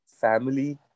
family